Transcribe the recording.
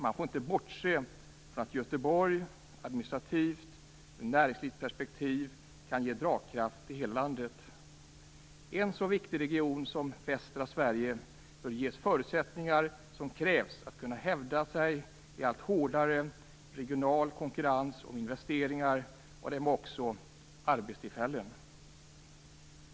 Man får inte bortse från att Göteborg administrativt ur ett näringslivsperspektiv kan ge dragkraft till hela landet. En så viktig region som västra Sverige bör ges de förutsättningar som kärvs för att kunna hävda sig i allt hårdare regional konkurrens om investeringar och även arbetstillfällen.